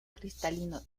cristalino